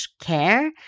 care